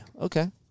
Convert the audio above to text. Okay